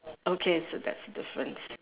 okay so that's the difference